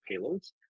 payloads